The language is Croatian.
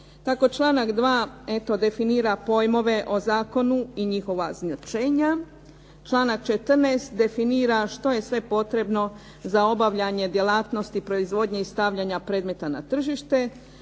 članak 2. eto definira pojmove o zakonu i njihova značenja. Članak 14. definira što je sve potrebno za obavljanje djelatnosti, proizvodnje i stavljanje predmeta na tržište.